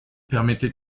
permettez